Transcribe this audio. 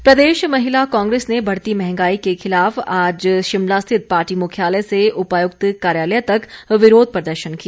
महिला कांग्रे स प्रदेश महिला कांग्रेस ने बढ़ती मंहगाई के खिलाफ आज शिमला स्थित पार्टी मुख्यालय से उपायुक्त कार्यालय तक विरोध प्रदर्शन किया